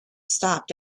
stopped